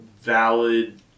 valid